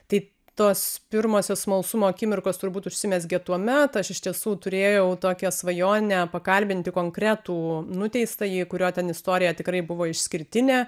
tai tos pirmosios smalsumo akimirkos turbūt užsimezgė tuomet aš iš tiesų turėjau tokią svajonę pakalbinti konkretų nuteistąjį kurio ten istorija tikrai buvo išskirtinė